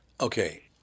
Okay